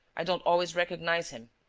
i don't always recognize him.